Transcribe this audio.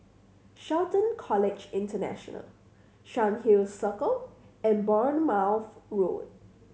Shelton College International Cairnhill Circle and Bournemouth Road